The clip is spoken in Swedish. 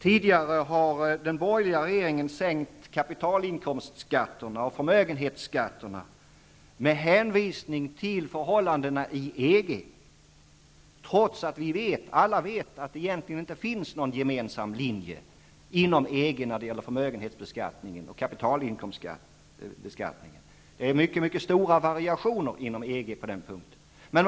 Tidigare har den borgerliga regeringen sänkt kapitalinkomstskatten och förmögenhetsskatten med hänvisning till förhållandena i EG, trots att vi alla vet att det egentligen inte finns någon gemensam linje inom EG när det gäller förmögenhetsbeskattningen och kapitalinkomstbeskattningen. Det är mycket stora variationer inom EG på den punkten.